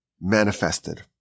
manifested